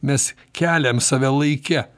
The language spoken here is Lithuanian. mes keliam save laike